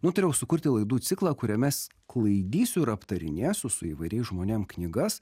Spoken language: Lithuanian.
nutariau sukurti laidų ciklą kuriame s klaidysiu ir aptarinėsiu su įvairiais žmonėm knygas